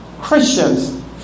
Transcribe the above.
Christians